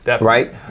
right